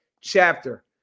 chapter